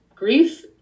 Grief